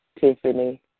Tiffany